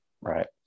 Right